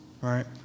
right